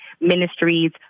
ministries